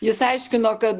jis aiškino kad